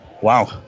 Wow